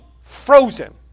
frozen